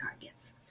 targets